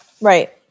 Right